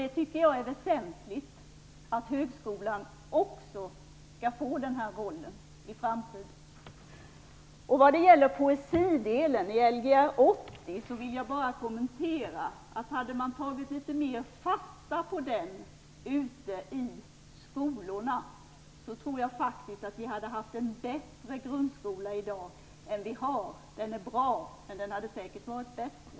Jag tycker att det är väsentligt att högskolan får också den här rollen i framtiden. Vad gäller poesidelen i Lgr 80, vill jag säga att om man hade tagit mer fasta på den ute i skolorna hade vi haft en bättre grundskola i dag än vi har. Den är bra, men den hade säkert varit bättre.